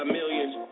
millions